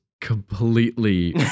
completely